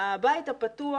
הבית הפתוח